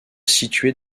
située